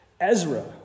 Ezra